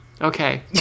Okay